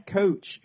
coach